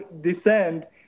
descend